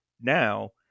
Now